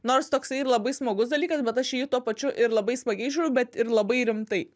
nors toksai labai smagus dalykas bet aš jį tuo pačiu ir labai smagiai žiūriu bet ir labai rimtai